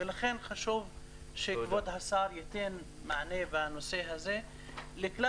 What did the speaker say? ולכן חשוב שכבוד השר ייתן מענה בנושא הזה לכלל